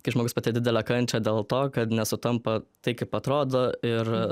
kai žmogus patiria didelę kančią dėl to kad nesutampa tai kaip atrodo ir